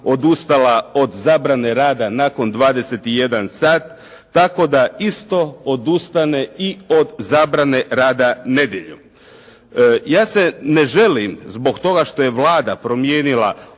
odustala od zabrane rada nakon 21 sat, tako da isto odustane i od zabrane rada nedjeljom. Ja se ne želim zbog toga što je Vlada promijenila